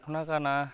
दखना गाना